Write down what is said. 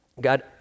God